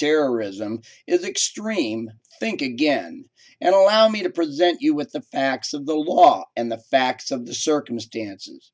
terrorism is extreme think again and allow me to present you with the facts of the law and the facts of the circumstances